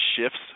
shifts